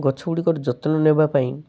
ଗଛ ଗୁଡ଼ିକର ଯତ୍ନ ନେବା ପାଇଁ